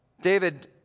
David